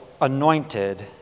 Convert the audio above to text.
anointed